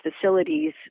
facilities